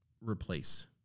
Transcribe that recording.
replace